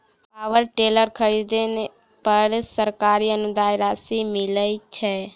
Power tiller खरीदे पर सरकारी अनुदान राशि मिलय छैय?